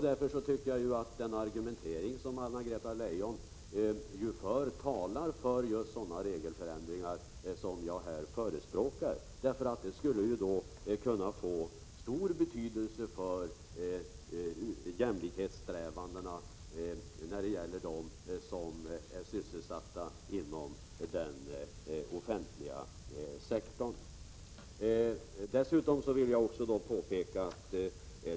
Därför talar Anna-Greta Leijons argumentering för just sådana regelförändringar som jag här förespråkar. Det skulle kunna få stor betydelse för jämlikhetssträvandena för dem som är sysselsatta inom den offentliga servicesektorn.